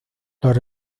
los